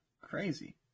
crazy